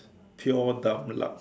pure dumb luck